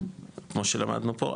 כמו שלמדנו פה.